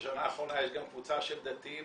בשנה האחרונה יש גם קבוצה של דתיים,